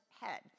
head